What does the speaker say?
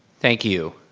thank you.